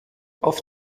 auf